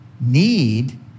need